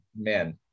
man